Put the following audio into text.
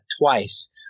twice